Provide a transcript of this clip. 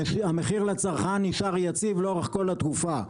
המחיר לצרכן נשאר יציב לאורך כל התקופה.